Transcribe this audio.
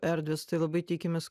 erdvės tai labai tikimės